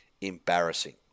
Embarrassing